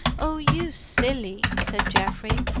oh, you silly! said geoffrey.